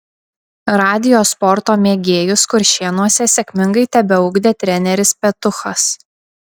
radijo sporto mėgėjus kuršėnuose sėkmingai tebeugdė treneris petuchas